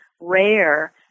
rare